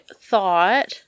thought